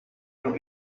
you